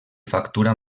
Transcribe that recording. factura